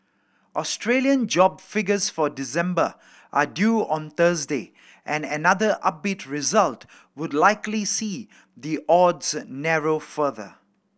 Australian job figures for December are due on Thursday and another upbeat result would likely see the odds narrow further